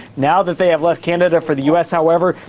now that they have left canada for the u s, however,